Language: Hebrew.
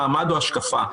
מעמד או השקפה.